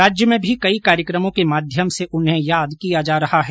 राज्य में भी कई कार्यक्रमों के माध्यम से उन्हें याद किया जा रहा है